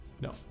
No